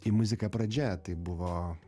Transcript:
į muziką pradžia tai buvo